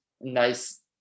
Nice